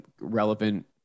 relevant